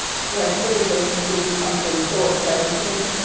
cause i feel as though this is gonna be something so upsetting to me,